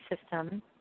system